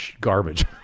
garbage